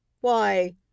Why